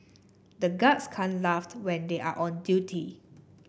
the guards can't laugh when they are on duty